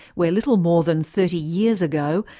where little more than thirty years ago,